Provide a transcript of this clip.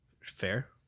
Fair